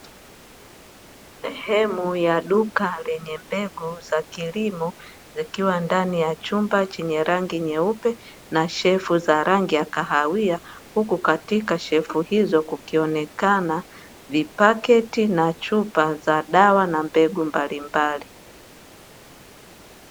Sehemu ya duka lenye mbegu za kilimo, zikiwa ndani ya chumba chenye rangi nyeupe, na shelfu ya rangi ya kahawia, huku katika shelfu hizo kukionekana vipaketi na chupa za dawa na mbegu mbalimbali.